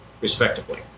respectively